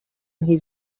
his